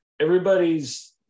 everybody's